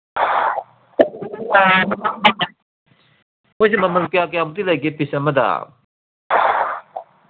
ꯃꯣꯏꯁꯦ ꯃꯃꯟ ꯀꯌꯥ ꯀꯌꯥꯃꯨꯛꯇꯤ ꯂꯩꯒꯦ ꯄꯤꯁ ꯑꯃꯗ